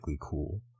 cool